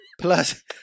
plus